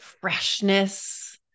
freshness